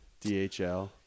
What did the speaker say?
DHL